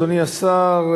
אדוני השר,